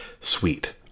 sweet